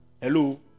hello